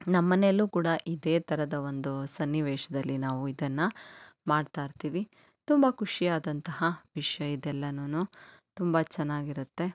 ನಮ್ಮನೆಯಲ್ಲು ಕೂಡ ಇದೇ ಥರದ ಒಂದು ಸನ್ನಿವೇಶದಲ್ಲಿ ನಾವು ಇದನ್ನು ಮಾಡ್ತಾಯಿರ್ತೀವಿ ತುಂಬ ಖುಷಿ ಆದಂತಹ ವಿಷಯ ಇದೆಲ್ಲವು ತುಂಬ ಚೆನ್ನಾಗಿರುತ್ತೆ